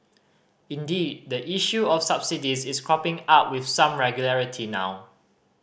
indeed the issue of subsidies is cropping up with some regularity now